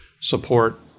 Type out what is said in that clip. support